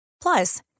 Plus